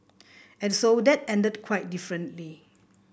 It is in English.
and so that ended quite differently